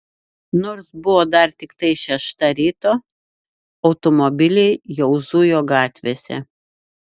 nors buvo dar tiktai šešta ryto automobiliai jau zujo gatvėse